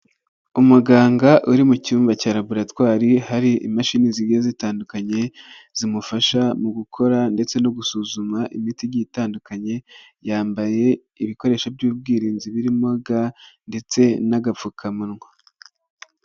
Umuganga uri mu cyumba cya raboratwari hari imashini zigiye zitandukanye zimufasha mu gukora ndetse no gusuzuma imiti igiye itandukanye, yambaye ibikoresho by'ubwirinzi birimo ga ndetse n'agapfukamunwa.